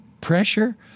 pressure